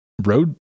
road